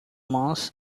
mass